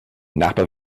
napa